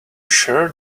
sure